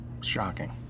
Shocking